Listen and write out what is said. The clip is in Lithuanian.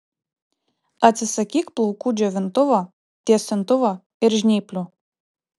atsisakyk plaukų džiovintuvo tiesintuvo ir žnyplių